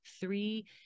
three